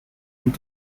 und